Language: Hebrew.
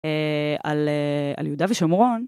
על יהודה ושומרון.